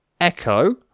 Echo